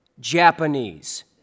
Japanese